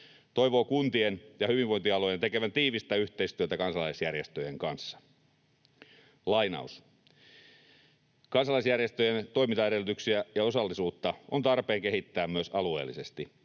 toivoo kuntien ja hyvinvointialueiden tekevän tiivistä yhteistyötä kansalaisjärjestöjen kanssa. Lainaus: ”Kansalaisjärjestöjen toimintaedellytyksiä ja osallisuutta on tarpeen kehittää myös alueellisesti.